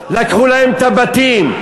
לקחו להם את הבתים,